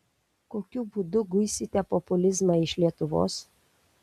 kokiu būdu guisite populizmą iš lietuvos